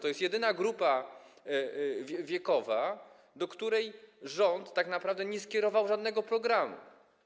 To jest jedyna grupa wiekowa, do której rząd tak naprawdę nie skierował żadnego programu.